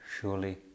Surely